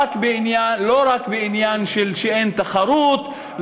לא רק בעניין שאין תחרות,